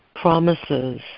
promises